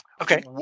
Okay